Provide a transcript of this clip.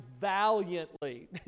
valiantly